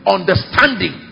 Understanding